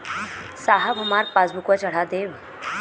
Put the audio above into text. साहब हमार पासबुकवा चढ़ा देब?